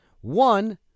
One